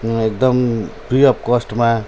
यहाँ एकदम फ्री अब् कस्टमा